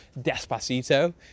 Despacito